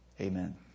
Amen